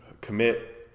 commit